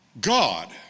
God